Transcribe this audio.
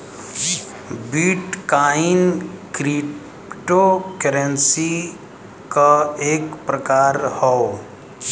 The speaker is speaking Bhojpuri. बिट कॉइन क्रिप्टो करेंसी क एक प्रकार हौ